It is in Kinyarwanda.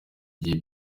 gihe